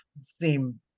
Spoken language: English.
seem